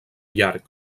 llarg